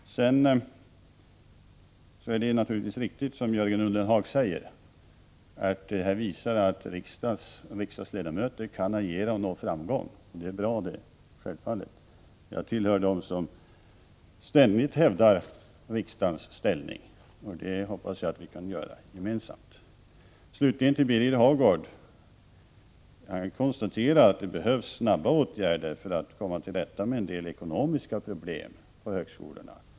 Sedan är det naturligtvis riktigt, som Jörgen Ullenhag säger, att detta visar att riksdagsledamöter kan agera och nå framgång. Det är självfallet bra. Jag tillhör dem som ständigt hävdar riksdagens ställning, och det hoppas jag att vi kan göra gemensamt. Birger Hagård konstaterar att det behövs snabba åtgärder för att komma till rätta med en del ekonomiska problem på högskolorna.